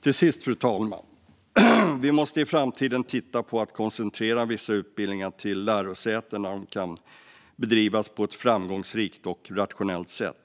Till sist: Vi måste i framtiden titta på frågan om att koncentrera vissa utbildningar till lärosäten där de kan bedrivas på ett framgångsrikt och rationellt sätt.